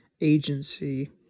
agency